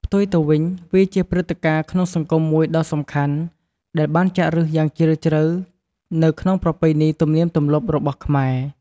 ផ្ទុយទៅវិញ វាជាព្រឹត្តិការណ៍ក្នុងសង្គមមួយដ៏សំខាន់ ដែលបានចាក់ឬសយ៉ាងជ្រាលជ្រៅនៅក្នុងប្រពៃណីទំនៀមទម្លាប់របស់ខ្មែរ។